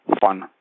fun